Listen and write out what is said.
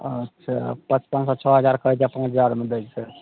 अच्छा पचपन सए छओ हजार कहै छै पाँच हजार मे दै छै